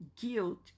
guilt